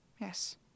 Yes